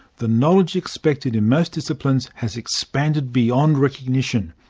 the knowledge expected in most disciplines has expanded beyond recognition,